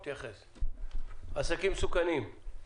תתייחס לנושא העסקים בסיכון.